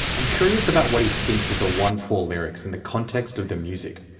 i'm curious about what he thinks of the onefour lyrics in the context of the music.